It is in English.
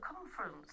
conference